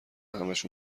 همشو